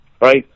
right